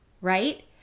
right